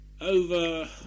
over